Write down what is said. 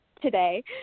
today